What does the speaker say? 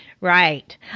Right